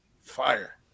fire